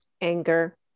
anger